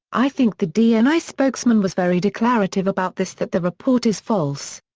i think the dni spokesman was very declarative about this that the report is false.